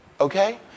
Okay